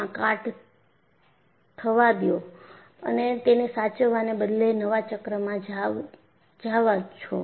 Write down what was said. તેમાં કાટ થવા દયો છો અને તેને સાચવાને બદલે નવા ચક્રમાં જાવ છો